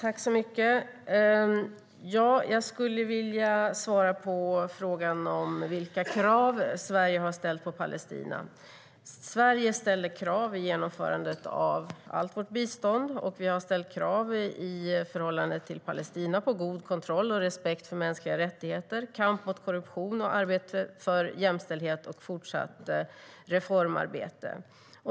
Fru talman! Jag skulle vilja svara på frågan vilka krav Sverige har ställt på Palestina. Sverige ställer krav i genomförandet av allt vårt bistånd. Vi har i förhållande till Palestina ställt krav på god kontroll och respekt för mänskliga rättigheter, kamp mot korruption och arbete för jämställdhet och fortsatt reformarbete.